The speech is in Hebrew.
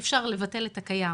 אי אפשר לבטל את הקיים.